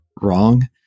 wrong